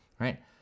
Right